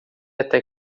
até